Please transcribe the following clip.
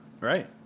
Right